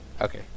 Okay